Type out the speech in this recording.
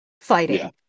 fighting